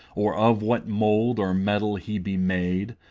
or of what mould or mettle he be made,